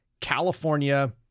California